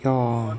your